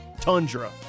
tundra